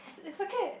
it's it's okay